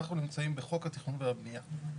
אנחנו נמצאים בחוק התכנון והבנייה.